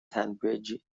tonbridge